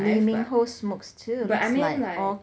lee min-ho smokes too it's like all